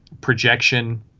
projection